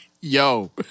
Yo